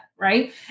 right